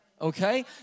Okay